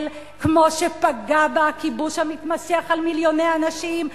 כמו שפגע בה הכיבוש המתמשך על מיליוני אנשים,